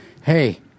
Hey